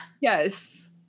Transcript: Yes